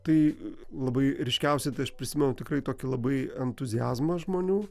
tai labai ryškiausiai tai aš prisimenu tikrai tokį labai entuziazmą žmonių